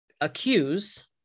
accuse